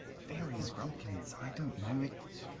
fairies. grumpkins. i don't know. it's